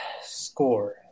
Score